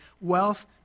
wealth